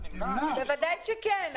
ודאי שכן.